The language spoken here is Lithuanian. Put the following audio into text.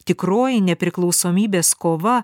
tikroji nepriklausomybės kova